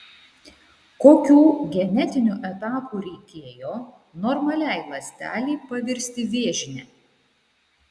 kokių genetinių etapų reikėjo normaliai ląstelei pavirsti vėžine